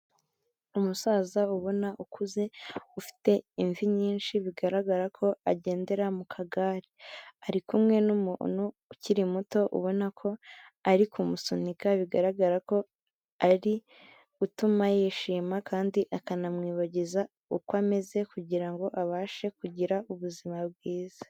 Umusaza ubona ukuze ufite imvi nyinshi bigaragara ko agendera mu kagare, ari kumwe n'umuntu ukiri muto ubona ko ari kumusunika, bigaragara ko ari gutuma yishima kandi akanamwibagiza uko ameze kugira ngo abashe kugira ubuzima bwiza.